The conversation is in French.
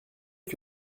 que